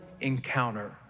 encounter